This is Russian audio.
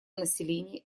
населения